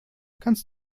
kannst